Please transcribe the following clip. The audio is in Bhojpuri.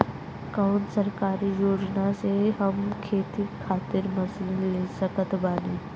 कौन सरकारी योजना से हम खेती खातिर मशीन ले सकत बानी?